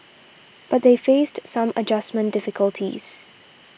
but they faced some adjustment difficulties